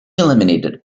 eliminated